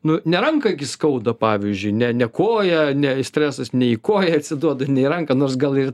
nu ne ranką gi skauda pavyzdžiui ne ne koją ne stresas ne į koją atsiduoda ne į ranką nors gal ir